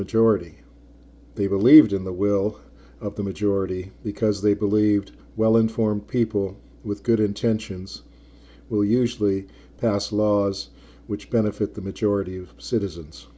majority they believed in the will of the majority because they believed well informed people with good intentions will usually pass laws which benefit the majority of citizens